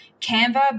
Canva